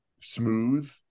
smooth